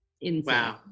insane